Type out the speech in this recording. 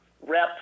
Rep